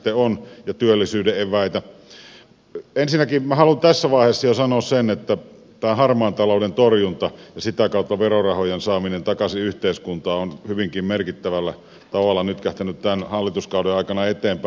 ensinnäkin minä haluan jo tässä vaiheessa sanoa sen että harmaan talouden torjunta ja sitä kautta verorahojen saaminen takaisin yhteiskuntaan on hyvinkin merkittävällä tavalla nytkähtänyt tämän hallituskauden aikana eteenpäin